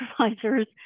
supervisors